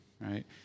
right